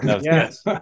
yes